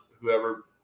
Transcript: whoever